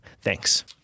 Thanks